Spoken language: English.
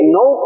no